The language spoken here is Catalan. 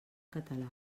català